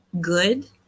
good